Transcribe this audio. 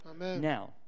Now